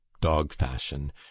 dog-fashion